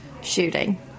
Shooting